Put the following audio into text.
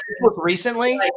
recently